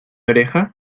oreja